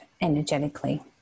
energetically